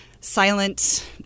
silent